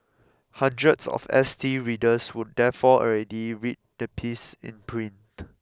hundreds of S T readers would therefore already read the piece in print